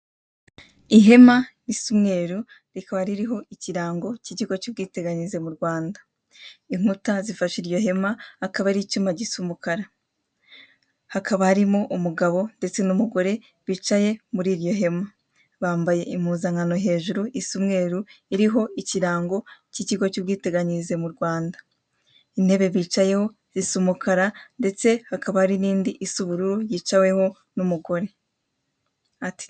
Ihema risa umweru, rikaba ririho ikirango k'ikigo cy'ubwiteganize mu Rwanda. Inkuta zifashe iryo hema, akaba ari icyuma gisa umukara. Hakaba harimo umugabo ndetse n'umugore bicare muri iryo hema. Bambaye impuzankano hejuru isa umweru iriho ikirango cy'ubwiteganyirize mu Rwanda. Intebe bicayeho zisa umukara ndetse hakaba hari n'indi isa ubururu. Ati:...